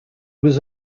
was